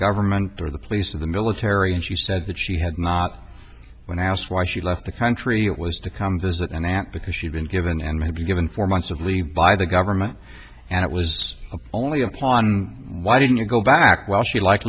government or the police in the military as you said that she had not when asked why she left the country it was to come visit and that because she'd been given and maybe given four months of leave by the government and it was only upon why didn't you go back while she like